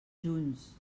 junts